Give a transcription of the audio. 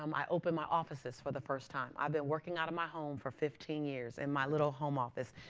um i opened my offices for the first time. i've been working out of my home for fifteen years in my little home office.